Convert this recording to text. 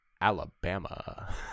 Alabama